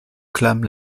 clament